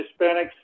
Hispanics